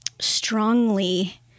strongly